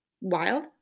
Wild